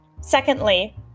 Secondly